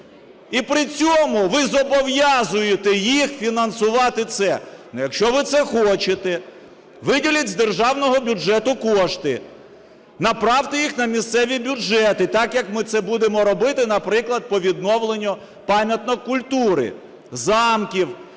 І при цьому ви зобов'язуєте їх фінансувати це. Ну, якщо ви це хочете, виділіть з державного бюджету кошти, направте їх на місцеві бюджети, так, як ми це будемо робити, наприклад, по відновленню пам'яток культури, замків